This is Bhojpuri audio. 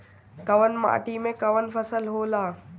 कवन माटी में कवन फसल हो ला?